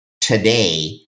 today